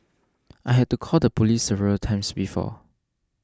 I had to call the police several times before